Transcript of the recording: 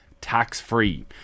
tax-free